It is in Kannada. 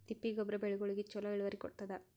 ತಿಪ್ಪಿ ಗೊಬ್ಬರ ಬೆಳಿಗೋಳಿಗಿ ಚಲೋ ಇಳುವರಿ ಕೊಡತಾದ?